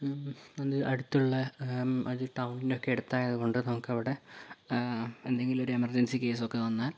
അത് അടുത്തുള്ള അത് ഈ ടൗണിനൊക്കെ അടുത്തായതുകൊണ്ട് നമുക്ക് അവിടെ എന്തെങ്കിലൊരു എമർജൻസി കേസ് ഒക്കെ വന്നാൽ